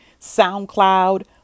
SoundCloud